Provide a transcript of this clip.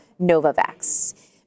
Novavax